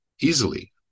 easily